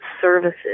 services